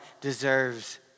deserves